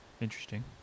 interesting